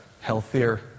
healthier